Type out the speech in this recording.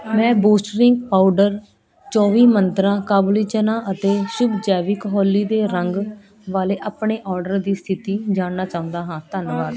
ਮੈਂ boost drink powder ਚੌਵੀ ਮੰਤਰਾਂ ਕਾਬੁਲੀ ਚਨਾ ਅਤੇ ਸ਼ੁਭ ਜੈਵਿਕ ਹੋਲੀ ਦੇ ਰੰਗ ਵਾਲੇ ਆਪਣੇ ਔਡਰ ਦੀ ਸਥਿਤੀ ਜਾਣਨਾ ਚਾਹੁੰਦਾ ਹਾਂ ਧੰਨਵਾਦ